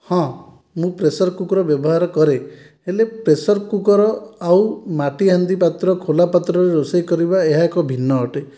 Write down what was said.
ହଁ ମୁଁ pressure cooker ବ୍ୟବହାର କରେ ହେଲେ ପ୍ରେସର୍ କୁକର୍ ଆଉ ମାଟି ହାଣ୍ଡି ପାତ୍ର ଖୋଲା ପାତ୍ରରେ ରୋଷେଇ କରିବା ଏହା ଏକ ଭିନ୍ନ ଅଟେ